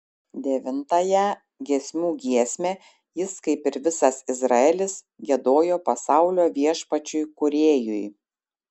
devintąją giesmių giesmę jis kaip ir visas izraelis giedojo pasaulio viešpačiui kūrėjui